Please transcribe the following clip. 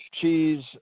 cheese